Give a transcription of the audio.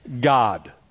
God